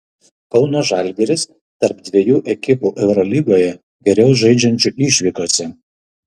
kauno žalgiris tarp dviejų ekipų eurolygoje geriau žaidžiančių išvykose